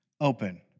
open